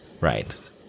Right